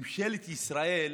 ממשלת ישראל